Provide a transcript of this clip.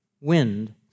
wind